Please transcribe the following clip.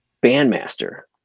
bandmaster